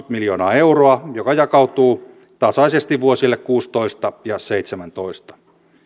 miljoonaa euroa joka jakautuu tasaisesti vuosille kuusitoista ja seitsemäntoista